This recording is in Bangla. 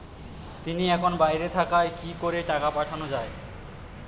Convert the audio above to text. তিনি এখন বাইরে থাকায় কি করে টাকা পাঠানো য়ায়?